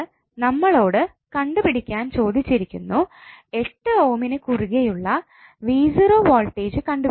എന്നിട്ട് നമ്മളോട് കണ്ടുപിടിക്കാൻ ചോദിച്ചിരിക്കുന്നു 8 ഓമിന് കുറുകെയുള്ള വോൾടേജ് കണ്ടുപിടിക്കാൻ